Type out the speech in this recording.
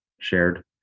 shared